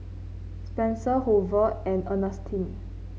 Spencer Hoover and Ernestine